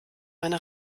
meine